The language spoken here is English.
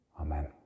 Amen